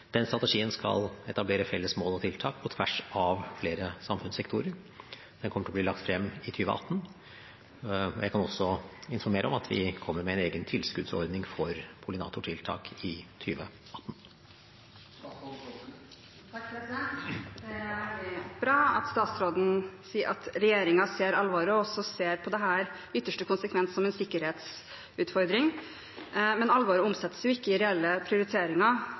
Den strategien skal etablere felles mål og tiltak på tvers av flere samfunnssektorer. Den kommer til å bli lagt frem i 2018. Jeg kan også informere om at vi kommer med en egen tilskuddsordning for pollinatortiltak i 2018. Det er veldig bra at statsråden sier at regjeringen ser alvoret, og også i ytterste konsekvens ser på dette som en sikkerhetsutfordring. Men alvoret omsettes jo ikke i reelle prioriteringer,